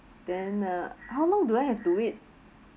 then uh how long do I have to wait